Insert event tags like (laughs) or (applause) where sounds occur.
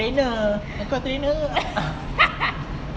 trainer kau trainer ke (laughs)